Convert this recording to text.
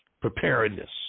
preparedness